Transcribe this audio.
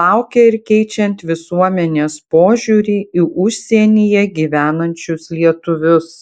laukia ir keičiant visuomenės požiūrį į užsienyje gyvenančius lietuvius